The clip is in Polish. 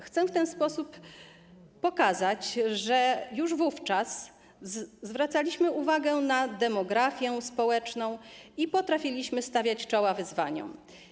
Chcę w ten sposób pokazać, że już wówczas zwracaliśmy uwagę na demografię społeczną i potrafiliśmy stawiać czoła wyzwaniom.